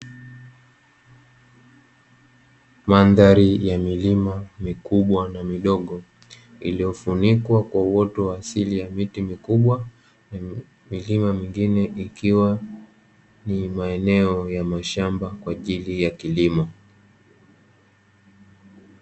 Mandhari ya milima mikubwa na midogo iliyofunikwa kwa uoto wa asili ya miti mikubwa, milima mingine ikiwa ni maeneo ya mashamba kwa ajili ya kilimo.